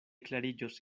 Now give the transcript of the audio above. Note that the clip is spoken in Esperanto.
klariĝos